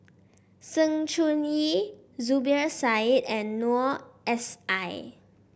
Sng Choon Yee Zubir Said and Noor S I